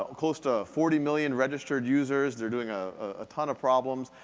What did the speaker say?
ah close to forty million registered users, they're doing a ah ton of problems.